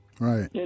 Right